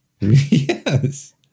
Yes